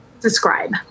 describe